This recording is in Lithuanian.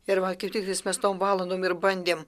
ir va kaip tik mes tom valandom ir bandėm